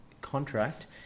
contract